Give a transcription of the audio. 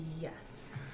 Yes